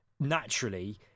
naturally